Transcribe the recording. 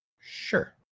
sure